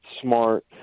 smart